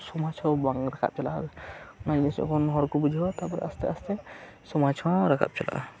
ᱥᱚᱢᱟᱡ ᱦᱚ ᱵᱟᱝ ᱨᱟᱠᱟᱵ ᱪᱟᱞᱟᱜᱼᱟ ᱚᱱᱟᱡᱤᱱᱤᱥ ᱡᱚᱠᱷᱚᱱ ᱦᱚᱲᱠᱚ ᱵᱩᱡᱷᱟᱹᱣᱟ ᱛᱟᱯᱚᱨᱮ ᱟᱥᱛᱮ ᱟᱥᱛᱮ ᱥᱚᱢᱟᱡ ᱦᱚ ᱨᱟᱠᱟᱵ ᱪᱟᱞᱟᱜᱼᱟ